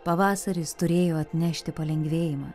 pavasaris turėjo atnešti palengvėjimą